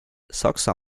saksa